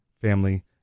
family